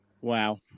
Wow